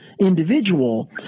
individual